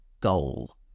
goal